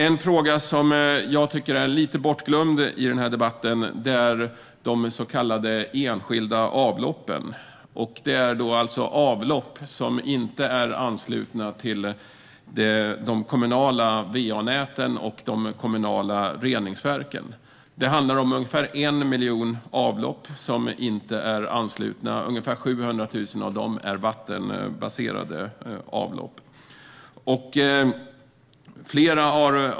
En fråga som är lite bortglömd i debatten är de så kallade enskilda avloppen. Det är avlopp som inte anslutna till de kommunala va-näten och de kommunala reningsverken. Det är ungefär 1 miljon avlopp som inte är anslutna, och ca 700 000 av dem är vattenbaserade avlopp.